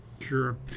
Sure